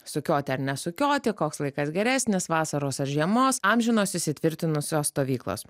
sukioti ar nesukioti koks laikas geresnis vasaros ar žiemos amžinos įsitvirtinusios stovyklos